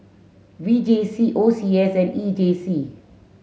V J C O C S and E J C